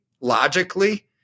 logically